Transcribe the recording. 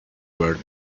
were